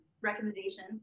recommendation